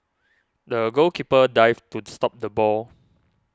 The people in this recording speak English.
the goalkeeper dived to stop the ball